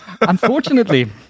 Unfortunately